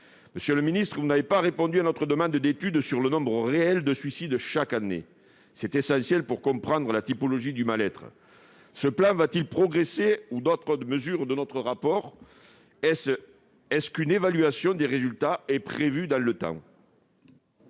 Monsieur le ministre, vous n'avez pas répondu à notre demande d'étude sur le nombre réel de suicides chaque année. C'est essentiel pour comprendre les typologies du mal-être. Ce plan progressera-t-il en reprenant d'autres propositions de notre rapport d'information ? Une évaluation des résultats est-elle prévue dans le temps ?